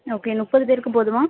okay முப்பது பேருக்கு போதுமா